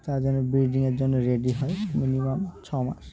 তার জন্য ব্রিডিংয়ের জন্য রেডি হয় মিনিমাম ছ মাস